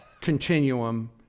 continuum